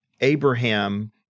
Abraham